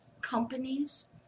companies